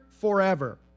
forever